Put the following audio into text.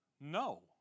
No